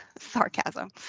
sarcasm